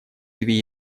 две